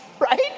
right